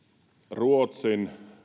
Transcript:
ruotsin